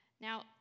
Now